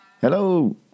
Hello